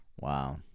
wow